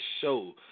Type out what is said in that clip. show